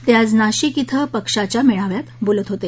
ते आज नाशिक इथं पक्षाच्या मेळाव्यात बोलत होते